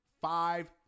Five